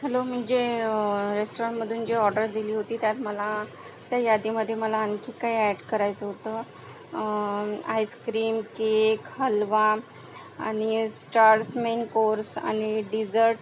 hello मी जे रेस्टॉरंटमधून जे ऑर्डर दिली होती त्यात मला त्या यादीमध्ये मला आणखी काही अॅड करायचं होतं आईस्क्रीम केक हलवा आणि स्टार्स मेन कोर्स आणि डीझर्ट